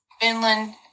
Finland